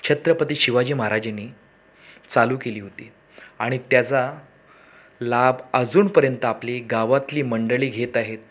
छत्रपती शिवाजी महाराजांनी चालू केली होती आणि त्याचा लाभ अजूनपर्यंत आपली गावातली मंडळी घेत आहेत